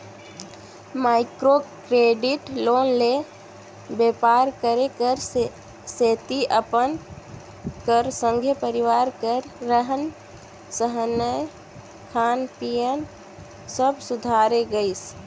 micro credit loan ले बेपार करे कर सेती अपन कर संघे परिवार कर रहन सहनए खान पीयन सब सुधारे गइस